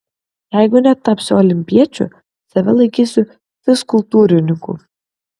jeigu netapsiu olimpiečiu save laikysiu fizkultūrininku